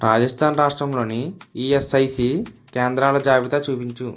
రాజస్థాన్ రాష్ట్రంలోని ఈఎస్ఐసి కేంద్రాల జాబితా చూపించు